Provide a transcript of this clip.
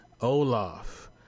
Olaf